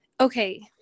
okay